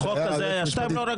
בחוק הזה לא היה.